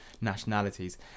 nationalities